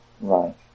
Right